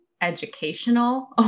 educational